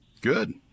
Good